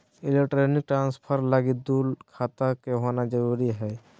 electronic transfer लगी दू गो खाता के होना जरूरी हय